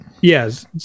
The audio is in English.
yes